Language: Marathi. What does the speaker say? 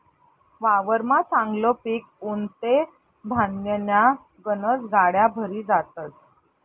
वावरमा चांगलं पिक उनं ते धान्यन्या गनज गाड्या भरी जातस